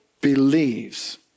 believes